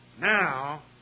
now